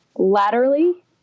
laterally